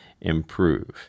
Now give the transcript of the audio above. improve